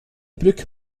brücke